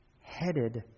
headed